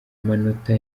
manota